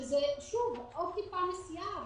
שזה עוד טיפה נסיעה,